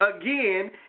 again